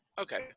Okay